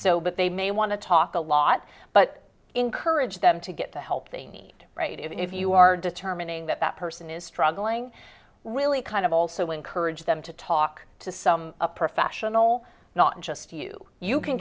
that they may want to talk a lot but encourage them to get the help they need right if you are determining that that person is struggling really kind of also encourage them to talk to some professional not just you you can